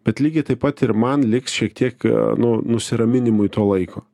bet lygiai taip pat ir man liks šiek tiek nu nusiraminimui to laiko